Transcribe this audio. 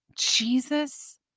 Jesus